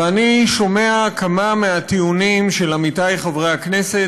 ואני שומע כמה מהטיעונים של עמיתי חברי הכנסת